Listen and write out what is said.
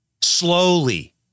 slowly